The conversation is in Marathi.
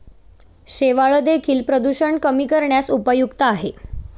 शेवाळं देखील प्रदूषण कमी करण्यास उपयुक्त आहे